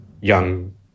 young